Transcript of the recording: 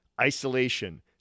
isolation